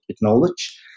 knowledge